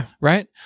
right